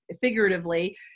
figuratively